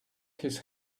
his